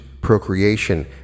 procreation